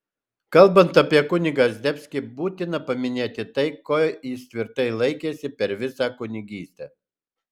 kalbant apie kunigą zdebskį būtina paminėti tai ko jis tvirtai laikėsi per visą kunigystę